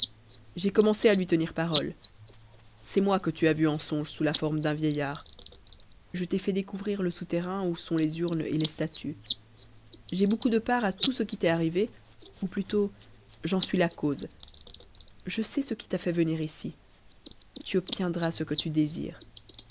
j'ai commencé à lui tenir parole c'est moi que tu as vu en songe sous la forme d'un vieillard je t'ai fait découvrir le souterrain où sont les urnes et les statues j'ai beaucoup de part à tout ce qui t'est arrivé ou plutôt j'en suis la cause je sais ce qui t'a fait venir ici tu obtiendras ce que tu désires